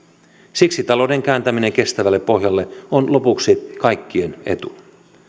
siksi talouden kääntäminen kestävälle pohjalle on lopuksi kaikkien etu